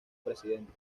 presidente